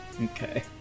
Okay